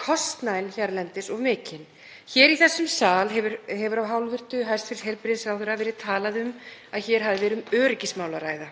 kostnaðinn hérlendis of mikinn. Í þessum sal hefur af hálfu hæstv. heilbrigðisráðherra verið talað um að hér hafi verið um öryggismál að ræða